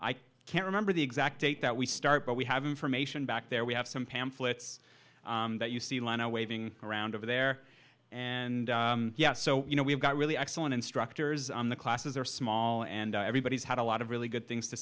i can't remember the exact date that we start but we have information back there we have some pamphlets that you see lana waving around over there and so you know we've got really excellent instructors on the classes are small and everybody's had a lot of really good things to